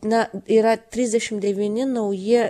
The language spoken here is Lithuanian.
na yra trisdešim devyni nauji